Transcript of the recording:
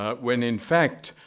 ah when, in fact,